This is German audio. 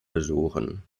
besuchen